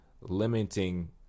limiting